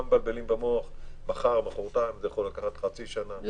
יהיה חיסון בקרוב; זה יכול לקחת חצי שנה,